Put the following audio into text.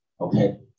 Okay